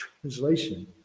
translation